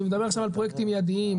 אני מדבר עכשיו על פרויקטים מידיים,